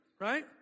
right